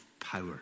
power